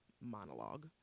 monologue